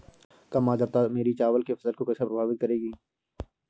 कम आर्द्रता मेरी चावल की फसल को कैसे प्रभावित करेगी?